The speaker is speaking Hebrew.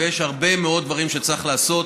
ויש הרבה מאוד דברים שצריך לעשות.